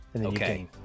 Okay